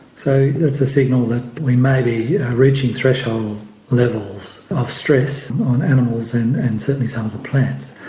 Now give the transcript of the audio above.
so that's a signal that we may be reaching threshold levels of stress on animals and and certainly some of the plants.